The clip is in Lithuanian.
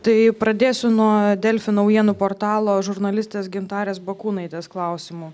tai pradėsiu nuo delfi naujienų portalo žurnalistės gintarės bakūnaitės klausimų